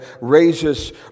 raises